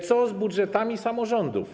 Co z budżetami samorządów?